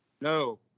no